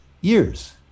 years